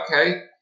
Okay